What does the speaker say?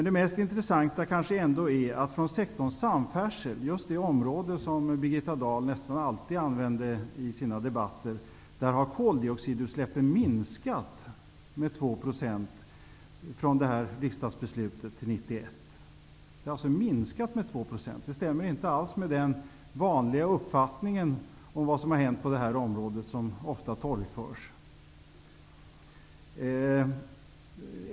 Det mest intressanta kanske ändå är att från sektorn samfärdsel -- just det område som Birgitta Dahl nästan alltid tog upp i sina debatter -- har koldioxidutsläppen minskat med 2 % efter riksdagsbeslutet 1991. Det stämmer inte alls med den vanliga uppfattning om vad som har hänt på det här området som ofta torgförs.